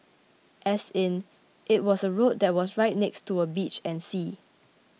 as in it was a road that was right next to a beach and sea